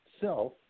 self